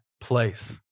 place